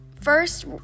First